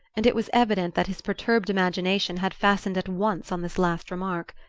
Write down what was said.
and it was evident that his perturbed imagination had fastened at once on this last remark.